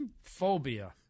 phobia